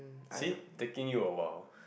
see taking you a while